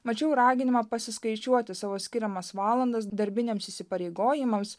mačiau raginimą pasiskaičiuoti savo skiriamas valandas darbiniams įsipareigojimams